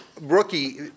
Rookie